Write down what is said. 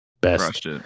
best